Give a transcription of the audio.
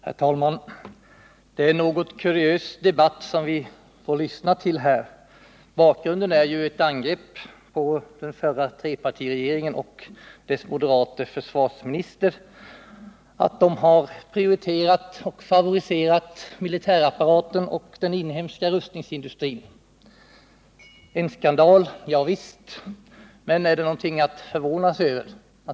Herr talman! Det är en något kuriös debatt som vi här får lyssna till. Bakgrunden till debatten är ju att man riktat angrepp mot den tidigare trepartiregeringen och dess moderate försvarsminister för att man prioriterat och favoriserat militärapparaten och den inhemska rustningsindustrin. En skandal? Javisst. Men det är naturligtvis inte något att förvåna sig över.